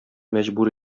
мәҗбүр